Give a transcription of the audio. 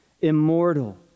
immortal